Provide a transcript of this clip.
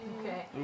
Okay